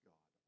God